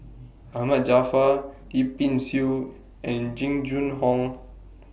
Ahmad Jaafar Yip Pin Xiu and Jing Jun Hong